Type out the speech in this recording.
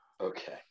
Okay